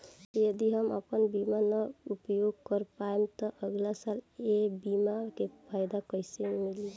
यदि हम आपन बीमा ना उपयोग कर पाएम त अगलासाल ए बीमा के फाइदा कइसे मिली?